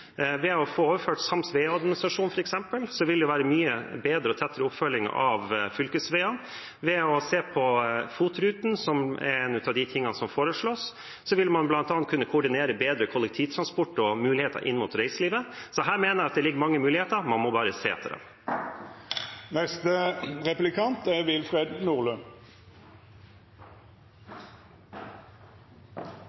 Ved å få overført sams veiadministrasjon f.eks. vil det bli mye bedre og tettere oppfølging av fylkesveiene. Ved å se på FOT-rutene som er noe av det som foreslås, vil man bl.a. kunne koordinere bedre kollektivtransport og muligheter inn mot reiselivet. Så her mener jeg det ligger mange muligheter – man må bare se etter dem. Det er